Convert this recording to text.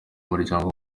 umuryango